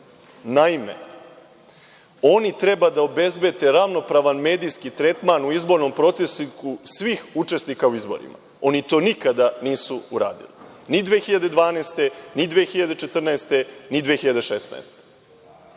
Naime, oni treba da obezbede ravnopravan medijski tretman u izbornom procesu svih učesnika u izborima. Oni to nikada nisu uradili, ni 2012, ni 2014. ni 2016.